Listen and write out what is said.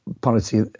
policy